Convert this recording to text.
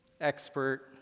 expert